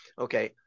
Okay